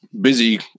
busy